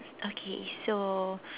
okay so